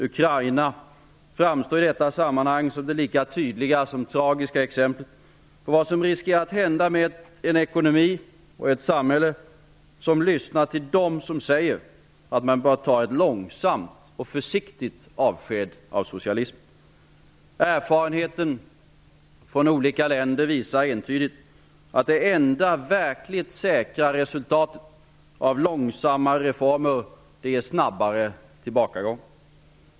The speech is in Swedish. Ukraina framstår i detta sammanhang som det lika tydliga som tragiska exemplet på vad som riskerar att hända med en ekonomi och ett samhälle som lyssnar till dem som säger att man bör ta ett långsamt och försiktigt avsked av socialismen. Erfarenheten från olika länder visar entydigt att det enda verkligt säkra resultatet av långsammare reformer är en snabbare tillbakagång.